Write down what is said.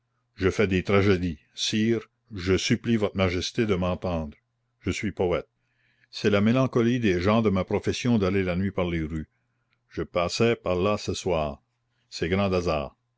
je fais des tragédies sire je supplie votre majesté de m'entendre je suis poète c'est la mélancolie des gens de ma profession d'aller la nuit par les rues je passais par là ce soir c'est grand hasard